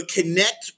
Connect